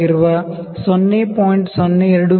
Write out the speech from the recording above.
02 ಮಿ